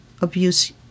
abuse